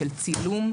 של צילום,